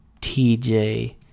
TJ